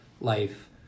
life